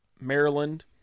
Maryland